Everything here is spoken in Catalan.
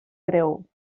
treu